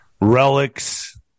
relics